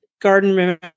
garden